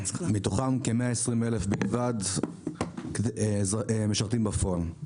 מתוכם כ-120,000 בלבד משרתים בפועל.